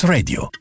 Radio